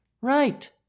right